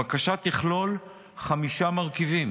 הבקשה תכלול חמישה מרכיבים: